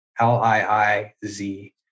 L-I-I-Z